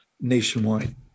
nationwide